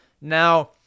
Now